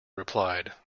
replied